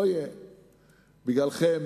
בגללכם,